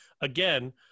again